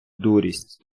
дурість